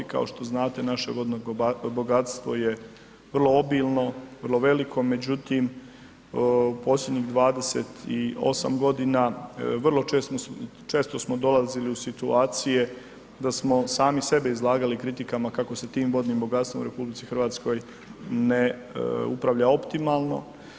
Kao što znate naše vodno bogatstvo je vrlo obilno, vrlo veliko, međutim posljednjih 28 godina vrlo često smo dolazili u situacije da smo sami sebe izlagali kritikama kako se tim vodnim bogatstvom u RH ne upravlja optimalno.